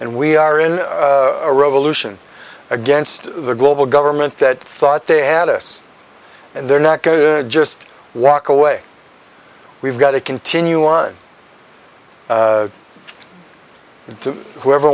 and we are in a revolution against the global government that thought they address and they're not going to just walk away we've got to continue on to whoever